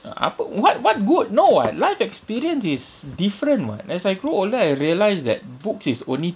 upper what what good no [what] life experience is different [what] as I grow older I realised that books is only